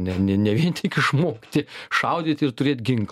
ne ne ne vien tik išmokti šaudyti ir turėt ginklą